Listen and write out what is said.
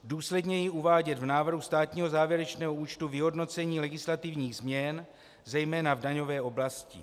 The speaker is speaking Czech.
Důsledněji uvádět v návrhu státního závěrečného účtu vyhodnocení legislativních změn zejména v daňové oblasti.